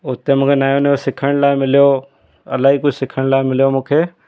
उते मूंखे नओं नओं सिखण लाइ मिलियो इलाही कुझु सिखण लाइ मिलियो मूंखे